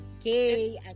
okay